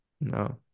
No